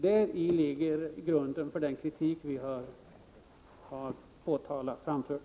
Däri ligger grunden till den kritik som vi har framfört.